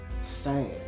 sad